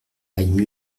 aille